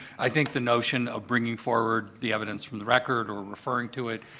i think the notion of bringing forward the evidence from the record or referring to it,